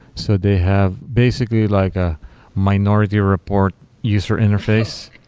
so they have basically like a minority report user interface.